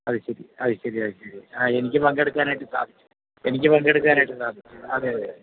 അത് ശരി അത് ശരി അത് ശരി ആ എനിക്ക് പങ്കെടുക്കാനായിട്ട് സാധിച്ചു എനിക്ക് പങ്കെടുക്കാനായിട്ട് സാധിച്ചു അതെ അതെ അതെ